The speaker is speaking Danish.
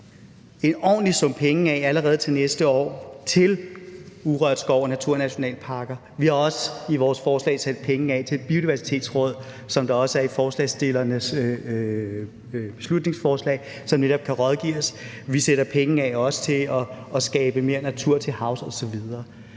en ordentlig sum penge af allerede til næste år til urørt skov og naturnationalparker. Vi har også i vores forslag sat penge af til et biodiversitetsråd, som der også er i forslagsstillernes beslutningsforslag, og som netop kan rådgive os. Vi sætter også penge af til at skabe mere natur til havs osv.